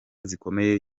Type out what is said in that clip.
zikomeye